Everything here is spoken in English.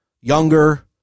younger